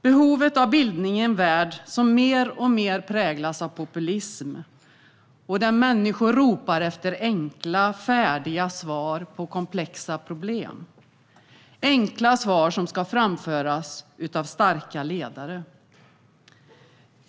Det finns behov av bildning i en värld som mer och mer präglas av populism och där människor ropar efter enkla, färdiga svar på komplexa problem. Det handlar om enkla svar som ska framföras av starka ledare.